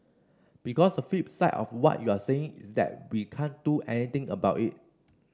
because the flip side of what you're saying is that we can't do anything about it